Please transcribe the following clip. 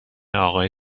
آقای